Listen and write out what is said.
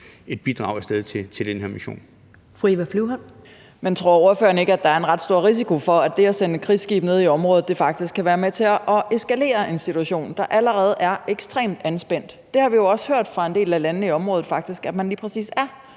Fru Eva Flyvholm. Kl. 15:10 Eva Flyvholm (EL): Men tror ordføreren ikke, at der er en ret stor risiko for, at det at sende et krigsskib ned i området faktisk kan være med til at eskalere en situation, der allerede er ekstremt anspændt? Det har vi jo faktisk også hørt fra en del af landene i området at man lige præcis er